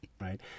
right